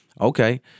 okay